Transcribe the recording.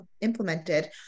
implemented